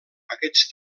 aquests